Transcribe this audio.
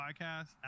podcast